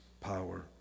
power